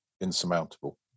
insurmountable